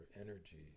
energy